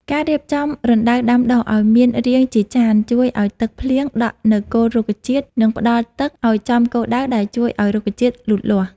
ការរៀបចំរណ្តៅដាំដុះឱ្យមានរាងជាចានជួយឱ្យទឹកភ្លៀងដក់នៅគល់រុក្ខជាតិ និងផ្តល់ទឹកឱ្យចំគោលដៅដែលជួយឱ្យរុក្ខជាតិលូតលាស់។